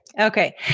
okay